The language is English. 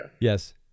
Yes